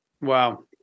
Wow